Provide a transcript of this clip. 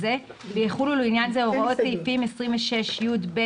(הישיבה נפסקה בשעה 15:30 ונתחדשה בשעה 15:35.)